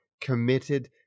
committed